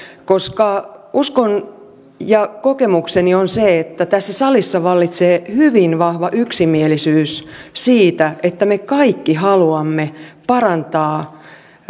koska uskon ja kokemukseni on se että tässä salissa vallitsee hyvin vahva yksimielisyys siitä että me kaikki haluamme parantaa